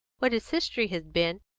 what his history had been,